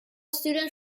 students